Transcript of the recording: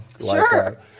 Sure